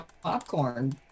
popcorn